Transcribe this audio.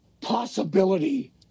possibility